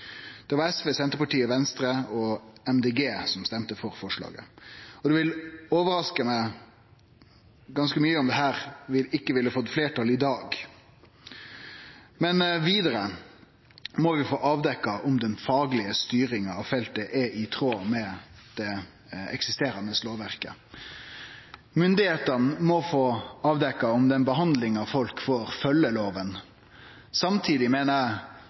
var SV, Senterpartiet, Venstre og Miljøpartiet Dei Grøne som stemte for forslaget. Det vil overraske meg ganske mykje om dette ikkje ville fått fleirtal i dag. Men vidare må vi få avdekt om den faglege styringa av feltet er i tråd med det eksisterande lovverket. Myndigheitene må få avdekt om den behandlinga folk får, følgjer loven. Samtidig meiner eg